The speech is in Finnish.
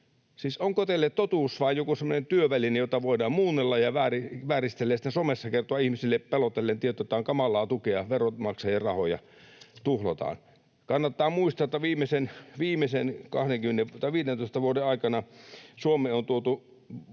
onko teille totuus vain joku semmoinen työväline, jota voidaan muunnella ja vääristellä ja sitten somessa kertoa ihmisille pelotellen tieto, että tämä on kamalaa tukea ja veronmaksajien rahoja tuhlataan? Kannattaa muistaa, että viimeisten 15 vuoden aikana, vuodesta